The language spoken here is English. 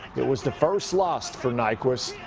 it was the first loss for nyquist,